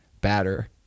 batter